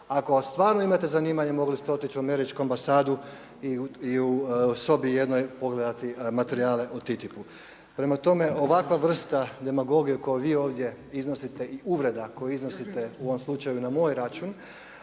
Ako stvarno imate zanimanjem mogli ste otići u Američku ambasadu i u sobi jednoj pogledati materijale o TTIP-u. Prema tome ovakva vrsta demagogije koju vi ovdje iznosite i uvreda koju iznosite u ovom slučaju i na moj račun